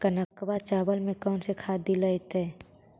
कनकवा चावल में कौन से खाद दिलाइतै?